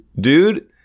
Dude